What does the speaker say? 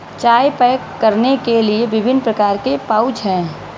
चाय पैक करने के लिए विभिन्न प्रकार के पाउच हैं